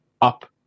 up